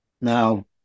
now